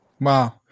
wow